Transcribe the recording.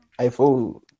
iphone